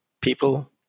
people